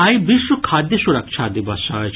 आइ विश्व खाद्य सुरक्षा दिवस अछि